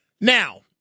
Now